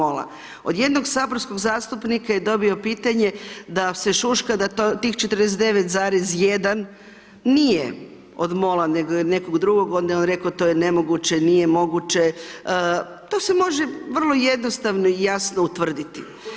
Od jednog saborskog zastupnika je dobio pitanje da se šuška da tih 49,1 nije od MOL-a nego je od nekog drugog onda je on rekao to je nemoguće, nije moguće to se može vrlo jednostavno i jasno utvrditi.